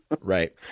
Right